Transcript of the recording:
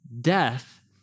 death